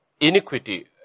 iniquity